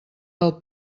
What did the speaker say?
del